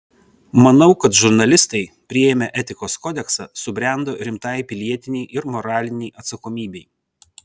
manau kad žurnalistai priėmę etikos kodeksą subrendo rimtai pilietinei ir moralinei atsakomybei